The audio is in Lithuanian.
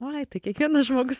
oi tai kiekvienas žmogus